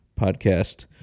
podcast